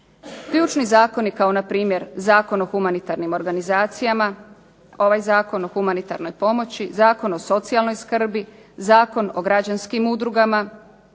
Ključni zakoni kao na primjer Zakon o humanitarnim organizacijama, ovaj Zakon o humanitarnoj pomoći, Zakon o socijalnoj skrbi, Zakon o građanskim udrugama